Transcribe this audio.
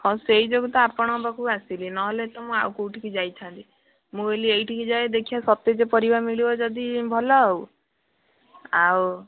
ହଁ ସେଇ ଯୋଗୁଁ ତ ଆପଣଙ୍କ ପାଖକୁ ଆସିଲି ନହେଲେ ତ ମୁଁ ଆଉ କେଉଁଠିକି ଯାଇଥାନ୍ତି ମୁଁ କହିଲି ଏଇଠିକି ଯାଏ ଦେଖିବା ସତେଜ ପରିବା ମିଳିବ ଯଦି ଭଲ ଆଉ ଆଉ